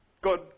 Good